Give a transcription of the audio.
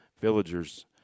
villagers